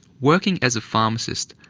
working as a pharmacist,